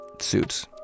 suits